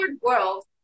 world